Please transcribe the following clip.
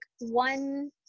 one